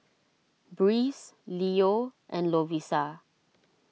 Breeze Leo and Lovisa